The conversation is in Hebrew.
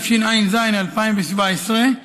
התשע"ז 2017,